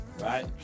right